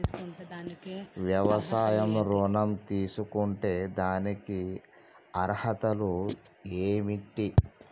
వ్యవసాయ ఋణం తీసుకుంటే దానికి అర్హతలు ఏంటి?